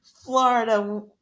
Florida